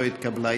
לא התקבלה.